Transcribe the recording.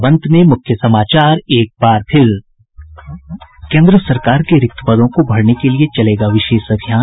और अब अंत में मुख्य समाचार केन्द्र सरकार के रिक्त पदों को भरने के लिए चलेगा विशेष अभियान